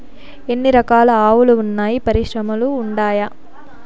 ఎన్ని రకాలు ఆవులు వున్నాయి పరిశ్రమలు ఉండాయా?